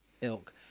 ilk